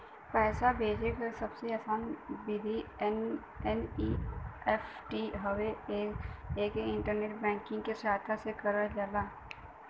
पैसा भेजे क सबसे आसान विधि एन.ई.एफ.टी हउवे एके इंटरनेट बैंकिंग क सहायता से करल जा सकल जाला